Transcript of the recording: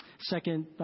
Second